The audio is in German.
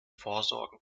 vorsorgen